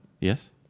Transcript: Yes